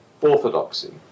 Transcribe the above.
orthodoxy